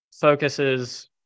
focuses